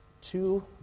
two